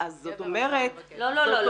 זאת אומרת --- גבר --- לא, לא.